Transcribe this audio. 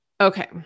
Okay